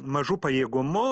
mažu pajėgumu